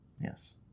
yes